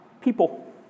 People